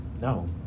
no